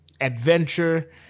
adventure